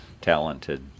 talented